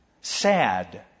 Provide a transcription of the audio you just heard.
sad